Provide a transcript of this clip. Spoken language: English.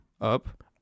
Up